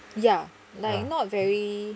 ya like not very